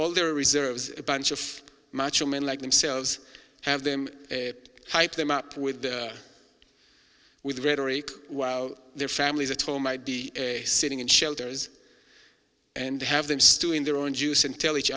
all their reserves a bunch of macho men like themselves have them hyped them up with with rhetoric while their families at home might be sitting in shelters and have them stew in their own juice and tell each